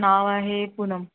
नाव आहे पुनम